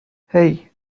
hey